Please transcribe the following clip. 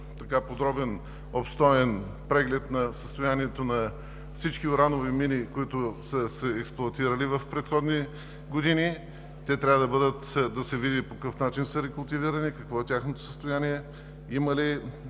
подробен, обстоен преглед на състоянието на всички уранови мини, които са се експлоатирали в предходни години. Трябва да се види по какъв начин са рекултивирани, какво е тяхното състояние, има ли